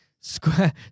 Square